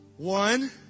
One